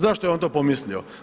Zašto je on to pomislio?